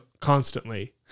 constantly